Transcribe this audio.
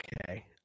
okay